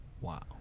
Wow